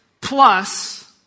plus